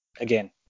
again